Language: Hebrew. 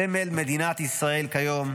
סמל מדינת ישראל כיום,